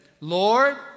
Lord